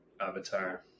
Avatar